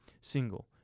single